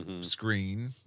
Screen